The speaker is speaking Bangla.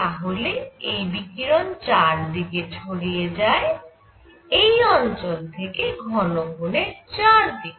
তাহলে এই বিকিরণ চার দিকে ছড়িয়ে যায় এই অঞ্চল থেকে ঘন কোণের চার দিকে